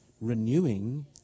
renewing